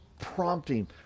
prompting